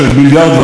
עם הודו,